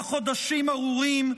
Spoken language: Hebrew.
שבעה חודשים ארורים,